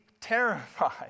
terrified